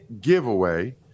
giveaway